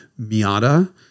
miata